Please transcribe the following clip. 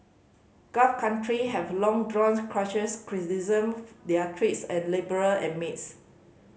gulf country have long drawn criticism their treatment and labourer and maids